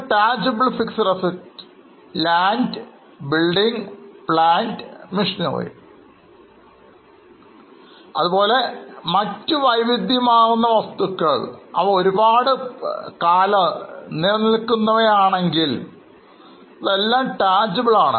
Tangible ന് ഉദാഹരണങ്ങളായി Land building plant machinery അതുപോലെ മറ്റു വൈവിധ്യമാർന്ന വസ്തുക്കൾ അവ ഒരുപാട് കാലം നിലനിൽക്കുന്ന വ ആണെങ്കിൽ ഇതെല്ലാം Tangible ആണ്